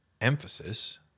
Emphasis